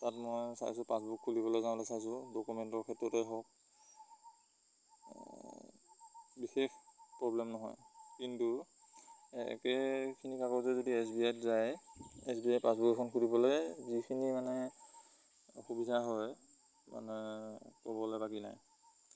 তাত মই চাইছোঁ পাছবুক খুলিবলৈ যাওঁলে চাইছোঁ ডকুমেণ্টৰ ক্ষেত্ৰতে হওক বিশেষ প্ৰব্লেম নহয় কিন্তু একেখিনি কাগজে যদি এছ বি আইত যায় এছ বি আইৰ পাছব এখন খুলিবলে যিখিনি মানে অসুবিধা হয় মানে ক'বলে বাগী নাই